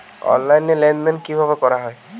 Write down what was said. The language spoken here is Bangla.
অনলাইন লেনদেন কিভাবে করা হয়?